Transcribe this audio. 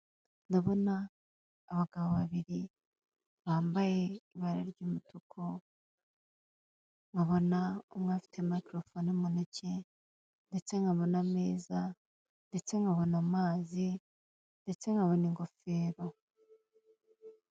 Ndabona abagabo babiri bambaye ibara ry'umutuku nkabona umwe afite mayikorofone muntoki ndetse nkabona ameza ndetse nkabona amazi ndetse nkabona ingofero.